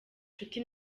nshuti